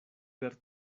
per